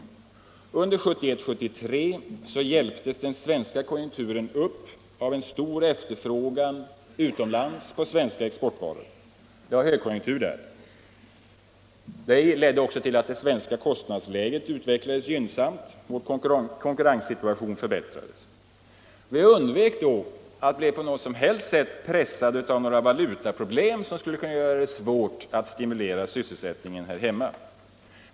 Under åren 1971-1973 hjälptes den svenska konjunkturen upp av en stor efterfrågan utomlands på svenska exportvaror. Det var högkonjunktur där. Det ledde också till att det svenska kostnadsläget utvecklades gynnsamt och vår konkurrenssituation förbättrades. Vi undvek på det sättet att bli pressade av några valutaproblem som kunde göra det svårt att stimulera sysselsättningen här hemma.